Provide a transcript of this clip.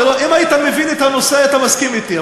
אם היית מבין את הנושא, היית מסכים אתי.